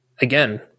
again